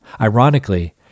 Ironically